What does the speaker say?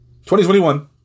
2021